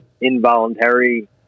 involuntary